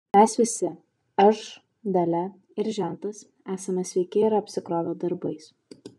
mes visi aš dalia ir žentas esame sveiki ir apsikrovę darbais